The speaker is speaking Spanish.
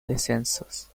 descensos